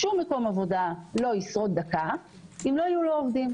שום מקום עבודה לא ישרוד דקה אם לא יהיו לו עובדים.